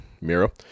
Miro